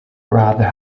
rather